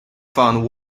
found